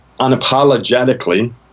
unapologetically